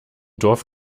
dorf